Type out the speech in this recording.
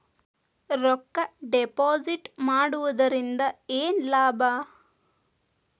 ರೊಕ್ಕ ಡಿಪಾಸಿಟ್ ಮಾಡುವುದರಿಂದ ಏನ್ ಲಾಭ?